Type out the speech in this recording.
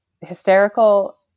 hysterical